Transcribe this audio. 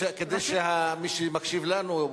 כדי שמי שמקשיב לנו,